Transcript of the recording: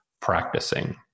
practicing